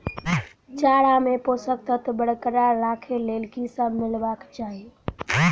चारा मे पोसक तत्व बरकरार राखै लेल की सब मिलेबाक चाहि?